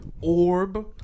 Orb